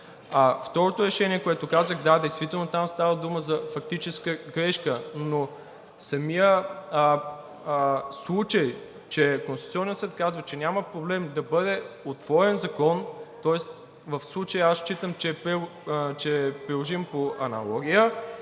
Второто решение, което казах – да, действително там става дума за фактическа грешка, но самият случай, че Конституционният съд казва, че няма проблем да бъде отворен закон, тоест в случая аз считам, че е приложим по аналогия